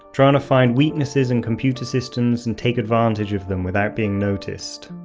trying to find weaknesses in computer systems, and take advantage of them without being noticed.